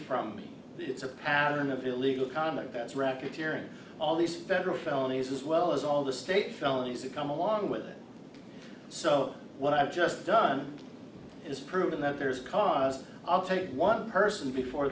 from me it's a pattern of illegal conduct that's racketeering all these federal felonies as well as all the state felonies that come along with it so what i've just done is proven that there's cars i'll take one person before